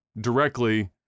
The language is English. directly